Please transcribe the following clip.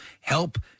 help